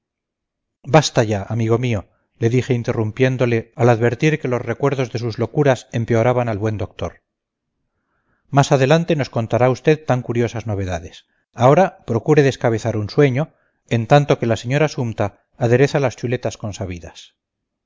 basta ya amigo mío dije interrumpiéndole al advertir que los recuerdos de sus locuras empeoraban al buen doctor más adelante nos contará usted tan curiosas novedades ahora procure descabezar un sueño entre tanto que la señora sumta adereza las chuletas consabidas